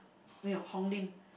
没有 Hong-Lim